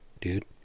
dude